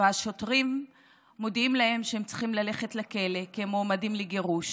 והשוטרים מודיעים להם שהם צריכים ללכת לכלא כי הם מועמדים לגירוש.